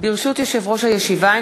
ברשות יושב-ראש הישיבה,